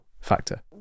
factor